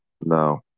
No